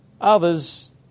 Others